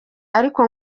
ariko